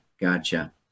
Gotcha